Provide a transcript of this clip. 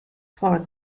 for